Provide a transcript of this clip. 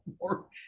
more